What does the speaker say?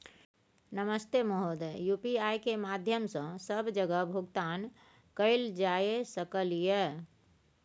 नमस्ते महोदय, यु.पी.आई के माध्यम सं सब जगह भुगतान कैल जाए सकल ये?